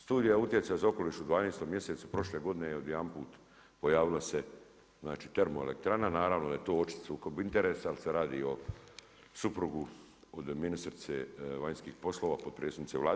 Studija utjecaja za okoliš u 12. mjesecu prošle godine je odjedanput, pojavila se termoelektrana, naravno da je to očit sukob interesa jer se radi o suprugu od ministrice vanjskih poslova, potpredsjednici Vlade.